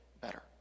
better